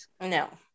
No